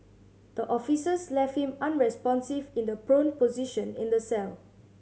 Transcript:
the officers left him unresponsive in the prone position in the cell